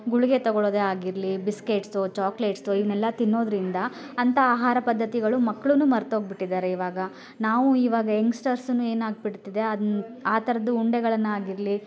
ಗುಳಿಗೆ ತೊಗೊಳೋದೇ ಆಗಿರಲಿ ಬಿಸ್ಕೆಟ್ಸೋ ಚಾಕ್ಲೆಟ್ಸೋ ಇವನ್ನೆಲ್ಲ ತಿನ್ನೋದರಿಂದ ಅಂತಹ ಆಹಾರ ಪದ್ಧತಿಗಳು ಮಕ್ಕಳನ್ನು ಮರ್ತೋಗ್ಬಿಟ್ಟಿದಾರೆ ಇವಾಗ ನಾವು ಇವಾಗ ಯಂಗ್ಸ್ಟರ್ಸುನು ಏನಾಗ್ಬಿಡ್ತಿದೆ ಅದ್ನ ಆ ಥರದ್ದು ಉಂಡೆಗಳನ್ನಾಗಿರಲಿ